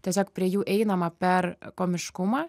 tiesiog prie jų einama per komiškumą